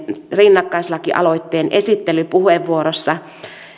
rinnakkaislakialoitteen esittelypuheenvuorossa